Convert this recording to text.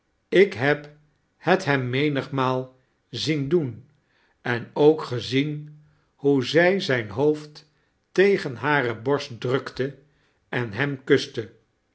ik heb het hem menigmaal zien doen en ook ge-zien hoe zij zijn hoofd tegen hare borst drukte en hem kuste